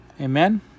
amen